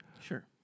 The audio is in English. Sure